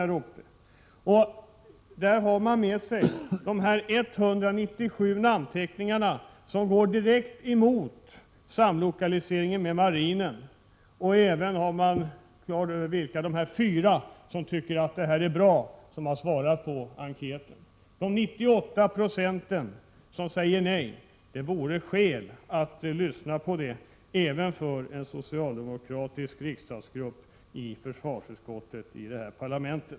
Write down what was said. De har med sig namnteckningarna från de 197 personer som går direkt emot samlokalisering med marinen och även från de fyra som är för. 98 90 säger alltså nej: Det vore skäl att lyssna på dem även för en socialdemokratisk grupp i försvarsutskottet i detta parlament!